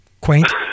quaint